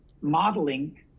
modeling